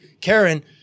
Karen